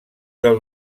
del